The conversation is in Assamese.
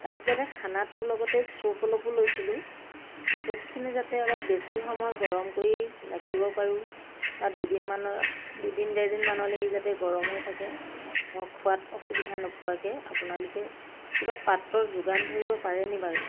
তাত যাতে খানাটোৰ লগতে চুপ অলপো লৈছিলোঁ চুপখিনি যাতে অলপ বেছি সময় গৰম কৰি ৰাখিব পাৰোঁ বা দুদিনমানৰ দুদিন ডেৰ দিনমানলৈ ই যাতে গৰম হৈ থাকে মই খোৱাত অসুবিধা নোপোৱাকে আপোনালোকে কিবা পাত্ৰৰ যোগান ধৰিব পাৰে নি বাৰু